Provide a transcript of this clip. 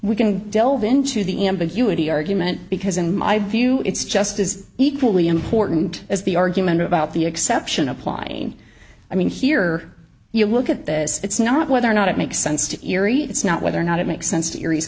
we can delve into the ambiguity argument because in my view it's just as equally important as the argument about the exception applying i mean here you look at this it's not whether or not it makes sense to erie it's not whether or not it makes sense to raise